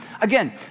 Again